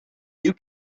you